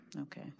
okay